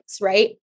right